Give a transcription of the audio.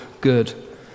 good